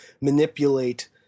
manipulate